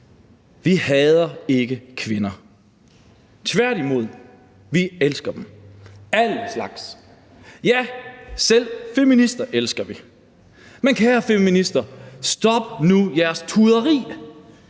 Vi hader ikke kvinder, tværtimod elsker vi dem, alle slags, ja, selv feminister elsker vi. Men kære feminister: Stop nu jeres tuderi.